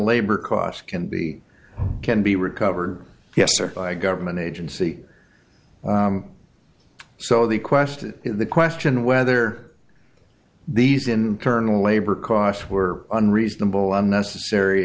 labor costs can be can be recovered yes or by government agency so the question the question whether these internal labor costs were unreasonable unnecessary